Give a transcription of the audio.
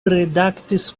redaktis